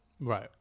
Right